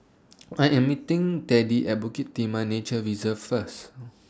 I Am meeting Teddy At Bukit Timah Nature Reserve First